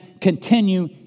continue